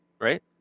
right